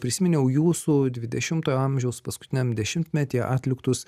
prisiminiau jūsų dvidešimtojo amžiaus paskutiniam dešimtmety atliktus